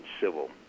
civil